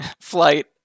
flight